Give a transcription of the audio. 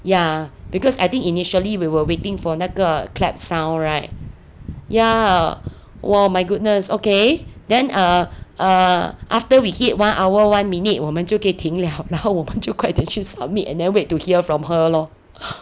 ya because I think initially we were waiting for 那个 clapped sound [right] ya !whoa! my goodness okay then err err after we hit one hour one minute 我们就可以停了然后我们快点去 submit and then wait to hear from her lor